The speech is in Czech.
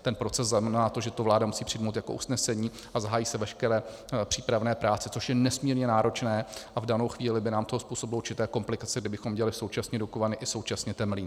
Ten proces znamená to, že to vláda musí přijmout jako usnesení, a zahájí se veškeré přípravné práce, což je nesmírně náročné, a v danou chvíli by nám to způsobilo určité komplikace, kdybychom dělali současně Dukovany i současně Temelín.